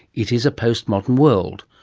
it is a post-modern world.